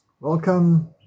Welcome